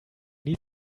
need